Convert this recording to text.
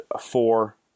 four